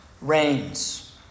reigns